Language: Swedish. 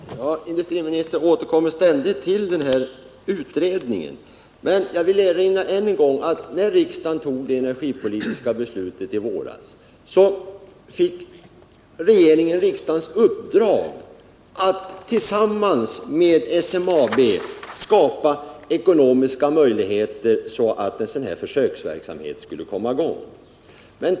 Herr talman! Industriministern återkommer ständigt till den här utredningen. Men jag vill än en gång erinra om att när riksdagen tog det energipolitiska beslutet i våras fick regeringen riksdagens uppdrag att tillsammans med SMAB skapa ekonomiska möjligheter så att en sådan här försöksverksamhet skulle komma i gång.